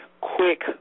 quick